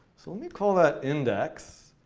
so let me call that, index.